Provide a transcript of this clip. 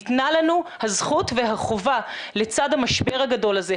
ניתנה לנו הזכות והחובה לצד המשבר הגדול הזה,